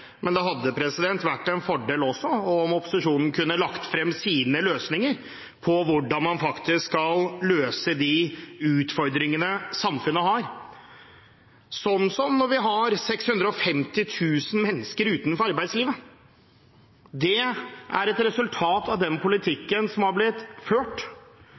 men det hadde vært en fordel om opposisjonen også kunne lagt frem sine løsninger på de utfordringene samfunnet har, f.eks. når vi har 650 000 mennesker utenfor arbeidslivet. Det er et resultat av den politikken som har blitt ført.